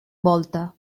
volta